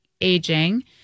aging